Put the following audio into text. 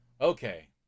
Okay